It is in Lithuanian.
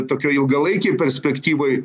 tokioj ilgalaikėj perspektyvoj